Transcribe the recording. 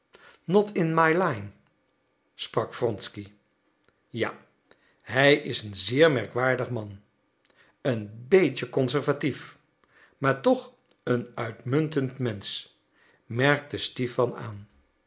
not in my line sprak wronsky ja hij is een zeer merkwaardig man een beetje conservatief maar toch een uitmuntend mensch merkte stipan aan